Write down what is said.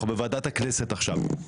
אנחנו בוועדת הכנסת עכשיו.